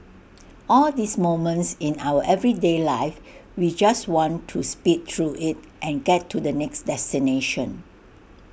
all these moments in our everyday life we just want to speed through IT and get to the next destination